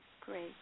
Great